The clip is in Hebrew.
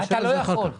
בוא נשב על זה אחר כך.